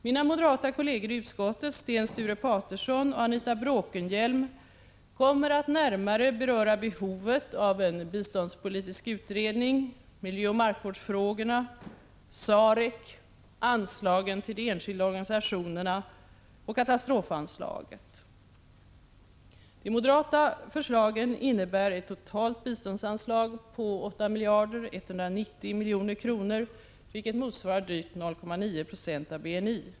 Mina moderata kolleger i utskottet Sten Sture Paterson och Anita Bråkenhielm kommer att närmare beröra behovet av en biståndspolitisk utredning, miljöoch markvårdsfrågorna, SAREC, anslagen till de enskilda De moderata förslagen innebär ett totalt biståndsanslag på 8 190 milj.kr., vilket motsvarar drygt 0,9 20 av BNI.